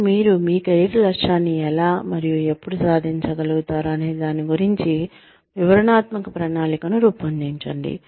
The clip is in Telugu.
కానీ మీరు మీ కెరీర్ లక్ష్యాన్ని ఎలా మరియు ఎప్పుడు సాధించగలుగుతారు అనేదాని గురించి వివరణాత్మక ప్రణాళికను రూపొందించండి